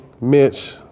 Mitch